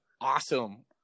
awesome